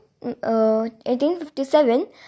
1857